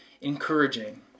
encouraging